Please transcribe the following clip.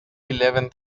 eleven